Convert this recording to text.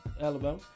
Alabama